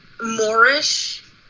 Moorish